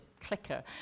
clicker